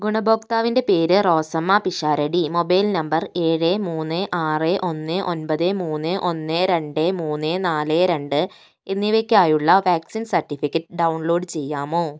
ഗുണഭോക്താവിന്റെ പേര് Rosamma Pisharody mobile number ഏഴ് മൂന്ന് ആറ് ഒന്ന് ഒൻപത് മൂന്ന് ഒന്ന് രണ്ട് മൂന്ന് നാല് രണ്ട് എന്നിവയ്ക്കായുള്ള വാക്സിൻ സർട്ടിഫിക്കറ്റ് ഡൗൺലോഡ് ചെയ്യാമോ